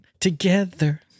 together